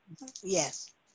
Yes